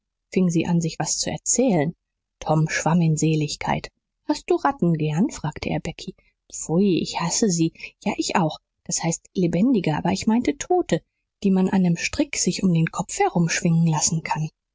fingen sie an sich was zu erzählen tom schwamm in seligkeit hast du ratten gern fragte er becky pfui ich hasse sie ja ich auch das heißt lebendige aber ich meinte tote die man an nem strick sich um den kopf herumschwingen lassen kann